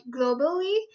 globally